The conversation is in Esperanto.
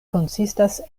konsistas